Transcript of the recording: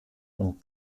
und